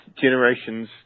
generation's